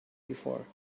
before